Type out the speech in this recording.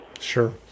Sure